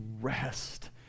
rest